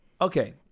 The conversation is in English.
Okay